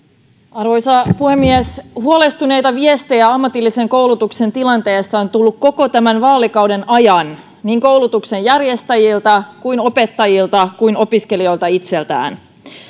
arvoisa puhemies huolestuneita viestejä ammatillisen koulutuksen tilanteesta on tullut koko tämän vaalikauden ajan niin koulutuksenjärjestäjiltä kuin opettajilta ja opiskelijoilta itseltään